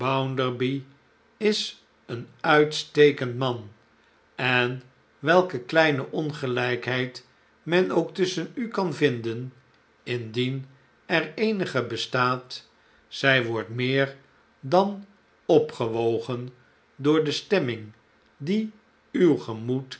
is een uitstekend man en welke kleine ongelnkheid men ook tusschen u kan vinden indien er eenige bestaat zij wordt meer dan opgewogen door de stemming die uw gemoed